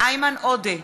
איימן עודה,